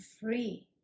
free